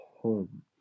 home